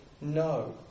no